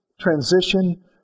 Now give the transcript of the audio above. Transition